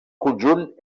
conjunt